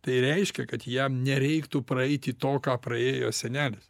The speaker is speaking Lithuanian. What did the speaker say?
tai reiškia kad jam nereiktų praeiti to ką praėjo senelis